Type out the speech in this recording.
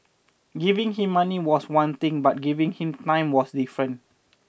giving him money was one thing but giving him time was different